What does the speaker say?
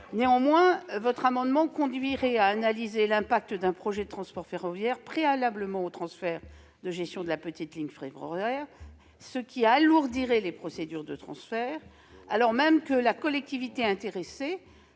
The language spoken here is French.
Néanmoins, adopter ces amendements imposerait d'analyser l'impact d'un projet de transport ferroviaire préalablement au transfert de gestion de la petite ligne en question, ce qui alourdirait les procédures de transfert, alors même que la collectivité intéressée